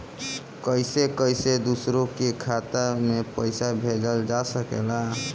कईसे कईसे दूसरे के खाता में पईसा भेजल जा सकेला?